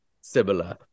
similar